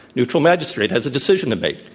neutral magistrate has a decision to make.